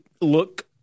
look